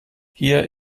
hier